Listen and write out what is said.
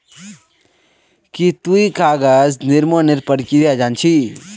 की तुई कागज निर्मानेर प्रक्रिया जान छि